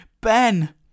Ben